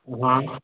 हॅं